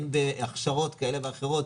הן בהכשרות כאלה ואחרות,